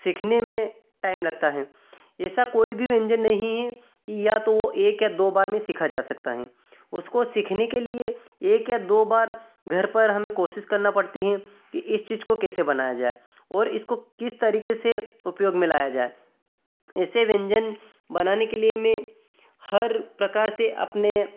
सीखने में टाइम लगता है ऐसा कोई भी व्यंजन नहीं है कि या तो वो एक या दो बार में सीखा जा सकता है उसको सीखने के लिए एक या दो बार घर पर हमें कोशिश करनी पड़ती है कि इस चीज़ को कैसे बनाया जाए और इसको किस तरीक़े से उपयोग में लाया जाए ऐसे व्यंजन बनाने के लिए हमें हर प्रकार से अपने